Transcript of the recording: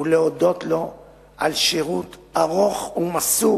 ולהודות לו על שירות ארוך ומסור